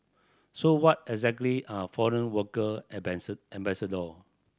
so what exactly are foreign worker ambassador